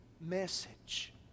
message